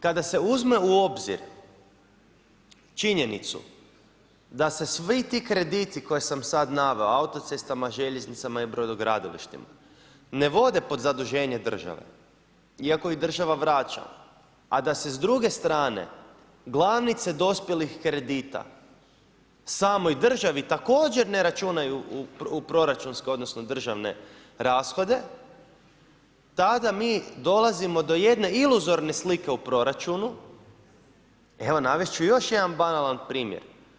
Kada se uzme u obzir činjenicu da se svi ti krediti koje sam sad naveo, autocestama, željeznicama i brodogradilištima ne vode pod zaduženje države, iako ih država vraća, a da se s druge strane glavnice dospjelih kredita samoj državi također ne računaju u proračunske, odnosno državne rashode, tada mi dolazimo do jedne iluzorne slike u proračunu, evo navest ću još jedan banalan primjer.